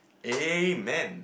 Amen